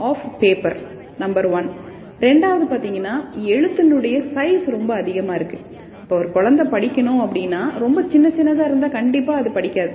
of paper number one ரெண்டாவது பார்த்திங்கன்னா எழுத்தினுடைய சைஸ் ரொம்ப அதிகமாக இருக்குது இப்போ ஒரு குழந்த படிக்கணும் அப்படின்னா ரொம்ப சின்னச் சின்னதாக இருந்தால் கண்டிப்பாக அது படிக்காது